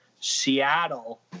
Seattle